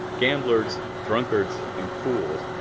gamblers, drunkards and fools.